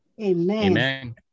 Amen